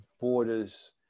borders